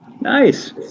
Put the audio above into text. Nice